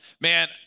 man